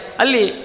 ali